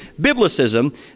biblicism